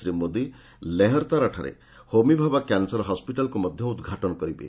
ଶ୍ରୀ ମୋଦି ଲେହରତାରାଠାରେ ହୋମିଭାବା କ୍ୟାନସର ହସ୍ପିଟାଲକୁ ମଧ୍ୟ ଉଦ୍ଘାଟନ କରିବେ